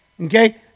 Okay